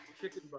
chicken